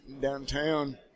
downtown